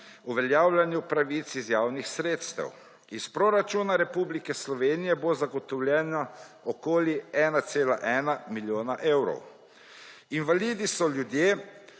uveljavljanju pravic iz javnih sredstev. Iz proračuna Republike Slovenije bo zagotovljenih okoli 1,1 milijona evrov. Invalidi so ljudje,